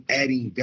adding